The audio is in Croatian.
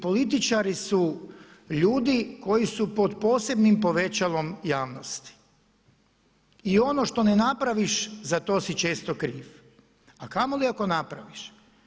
Politika i političari su ljudi koji su pod posebnim povećalom javnosti i ono što ne napraviš za to si često kriv, a kamoli ako napraviš.